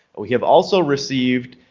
we have also received